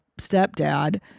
stepdad